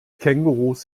kängurus